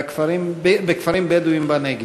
בכפרים בדואיים בנגב.